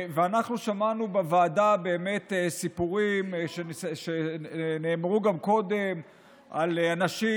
שמענו בוועדה סיפורים שנאמרו גם קודם על אנשים,